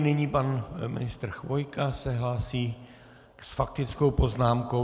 Nyní pan ministr Chvojka se hlásí s faktickou poznámkou.